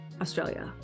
Australia